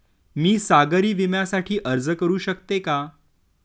मी सागरी विम्यासाठी अर्ज करू शकते का?